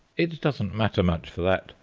it doesn't matter much for that,